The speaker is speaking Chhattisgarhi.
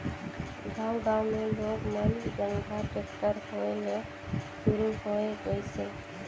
गांव गांव मे लोग मन जघा टेक्टर होय ले सुरू होये गइसे